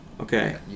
Okay